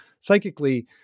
psychically